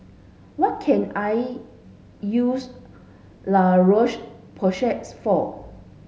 what can I use La Roche Porsay for